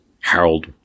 Harold